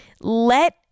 let